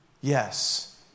yes